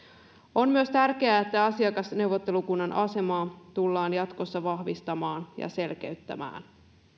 on myös tärkeää että asiakasneuvottelukunnan asemaa tullaan jatkossa vahvistamaan ja selkeyttämään